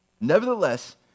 Nevertheless